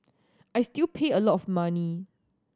I still pay a lot of money